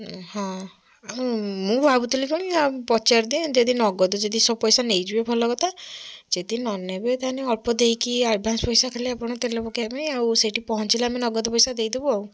ହଁ ଆଉ ମୁଁ ଭାବୁଥିଲି କଣ କି ଆମେ ପଚାରି ଦିଏ ଯଦି ନଗଦ ଯଦି ସବୁ ପଇସା ନେଇଯିବେ ଭଲ କଥା ଯଦି ନ ନେବେ ତାହେଲେ ଅଳ୍ପ ଦେଇକି ଆଡଭାନ୍ସ ପଇସା ଖାଲି ଆପଣ ତେଲ ପକେଇବା ପାଇଁ ଆଉ ସେଠି ପହଞ୍ଚିଲେ ଆମେ ନଗଦ ପଇସା ଦେଇଦେବୁ ଆଉ